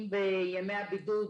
אם בימי הבידוד,